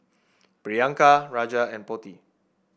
Priyanka Raja and Potti